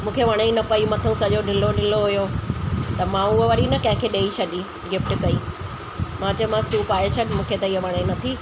मूंखे वणे ई न पेई मथां सॼो ढीलो ढीलो हुओ त मां उहो वरी न कंहिं मूंखे ॾेई छॾी गिफ्ट कई मां चयोमांसि तूं पाए छॾ मूंखे त इअं वणे न थी